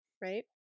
right